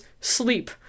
SLEEP